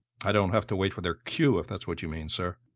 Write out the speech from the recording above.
i didn't have to wait for their cue, if that's what you mean, sir.